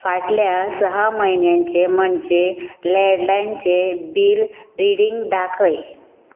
फाटल्या सहा म्हयन्यांचें म्हणजे लॅणलायनचें बील रिडींग दाखय